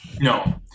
No